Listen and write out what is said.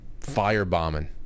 Firebombing